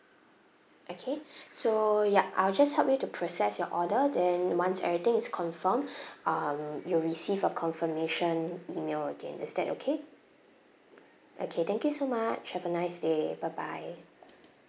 okay so ya I'll just help you to process your order then once everything is confirmed um you'll receive a confirmation email again is that okay okay thank you so much have a nice day bye bye